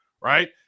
right